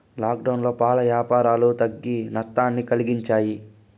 లాక్డౌన్లో పాల యాపారాలు తగ్గి నట్టాన్ని కలిగించాయి